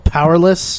Powerless